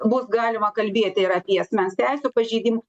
bus galima kalbėti ir apie asmens teisių pažeidimą